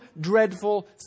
dreadful